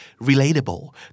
relatable